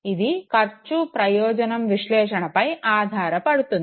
ఇది ఖర్చు ప్రయోజనం విశ్లేషణపై ఆధారపడుతుంది